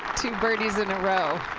two birdies in a row.